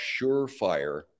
surefire